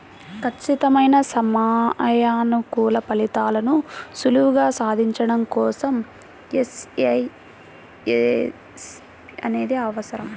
ఖచ్చితమైన సమయానుకూల ఫలితాలను సులువుగా సాధించడం కోసం ఎఫ్ఏఎస్బి అనేది అవసరం